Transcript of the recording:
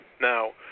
Now